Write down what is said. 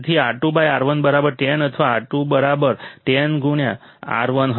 તેથી R2 R 1 10 અથવા R2 બરાબર 10 ગુણ્યા R1 હશે